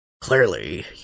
clearly